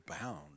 bound